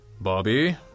Bobby